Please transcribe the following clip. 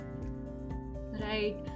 Right